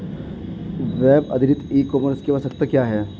Web आधारित e commerce की आवश्यकता क्या है?